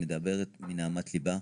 מדברת מנהמת ליבה.